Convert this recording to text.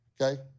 okay